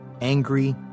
angry